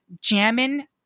jamming